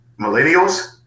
millennials